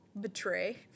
Betray